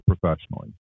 professionally